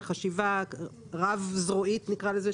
לחשיבה רב-זרועית נקרא לזה,